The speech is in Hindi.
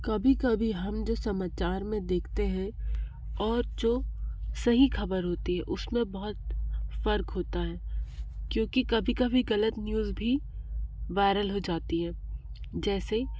कभी कभी हम जो समाचार में देखते हैं और जो सही खबर होती है उसमें बहौत फ़र्क होता है क्योंकि कभी कभी गलत न्यूज़ भी वायरल हो जाती है जैसे